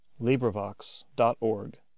LibriVox.org